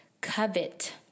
covet